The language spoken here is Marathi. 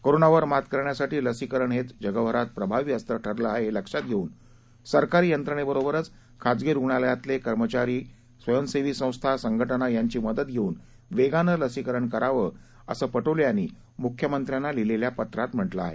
कोरोनावर मात करण्यासाठी लसीकरण हेच जगभरात प्रभावी अस्त्र ठरलं आहे हे लक्षात घेऊन सरकारी यंत्रणेबरोबरच खाजगी रुग्णालयातील कर्मचारी वर्ग स्वयंसेवी संस्था संघटना यांची मदत घेऊन वेगानं लसीकरण करावं असं पटोले यांनी मुख्यमंत्र्याना लिहिलेल्या पत्रात म्हटलं आहे